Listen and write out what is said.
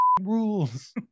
Rules